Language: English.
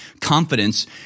confidence